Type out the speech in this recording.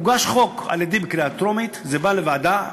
הוגש חוק על-ידי בקריאה טרומית, וזה בא לוועדה.